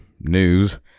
news